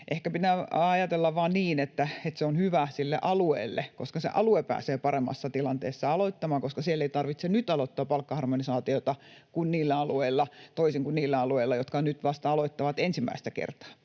Ehkä pitää ajatella vain niin, että se on hyvä sille alueelle, koska se alue pääsee paremmassa tilanteessa aloittamaan, koska siellä ei tarvitse nyt aloittaa palkkaharmonisaatiota toisin kuin niillä alueilla, jotka nyt vasta aloittavat ensimmäistä kertaa.